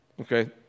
Okay